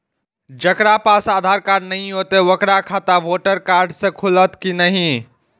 जकरा पास आधार कार्ड नहीं हेते ओकर खाता वोटर कार्ड से खुलत कि नहीं?